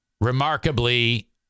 remarkably